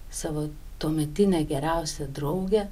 savo tuometine geriausia drauge